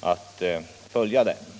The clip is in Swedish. att följa debatten.